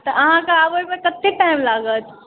तऽ अहाँकेॅं आबैमे कते टाइम लागत